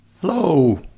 Hello